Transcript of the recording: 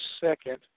second